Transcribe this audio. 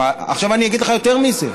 אני אגיד לך יותר מזה.